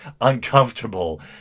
uncomfortable